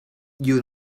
you